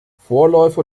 vorläufer